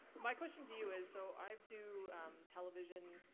my question to you is, so i do television,